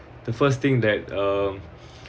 the first thing that um